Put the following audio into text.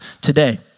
today